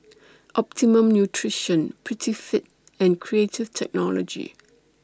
Optimum Nutrition Prettyfit and Creative Technology